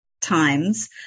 times